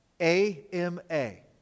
A-M-A